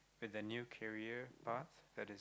with a new career path that is